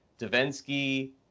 Davinsky